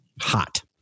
hot